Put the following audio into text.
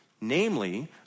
Namely